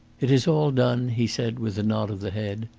it is all done, he said, with a nod of the head.